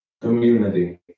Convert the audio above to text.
community